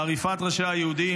לעריפת ראשי היהודים.